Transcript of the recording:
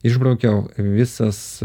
išbraukiau visas